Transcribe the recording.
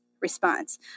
response